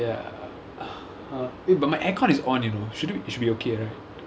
ya eh but my aircon is on you know shouldn't it should be okay right